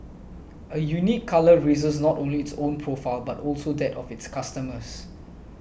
a unique colour raises not only its own profile but also that of its customers